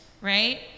right